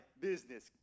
business